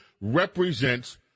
represents